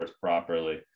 properly